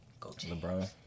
LeBron